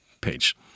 page